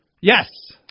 Yes